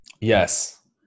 Yes